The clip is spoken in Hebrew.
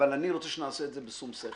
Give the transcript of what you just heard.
אבל אני רוצה שנעשה את זה בשום שכל.